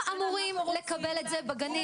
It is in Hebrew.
הם אמורים לקבל את זה בגנים,